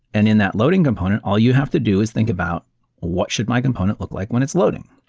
and in that loading component, all you have to do is think about what should my component look like when it's loading?